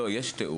לא, יש תיאום.